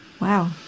Wow